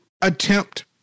attempt